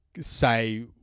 say